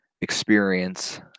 experience